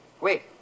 wait